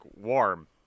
warm